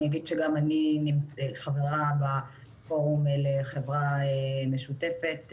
אני אגיד שגם אני חברה בפורום לחברה משותפת,